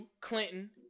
Clinton